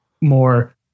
more